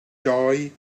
doe